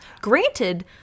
Granted